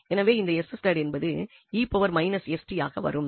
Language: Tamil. எனவே இந்த என்பது ஆக வரும்